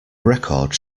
records